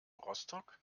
rostock